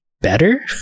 better